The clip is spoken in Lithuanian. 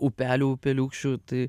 upelių upeliūkščių tai